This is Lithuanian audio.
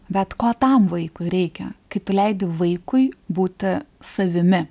bet ko tam vaikui reikia kai tu leidi vaikui būti savimi